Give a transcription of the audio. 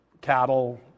cattle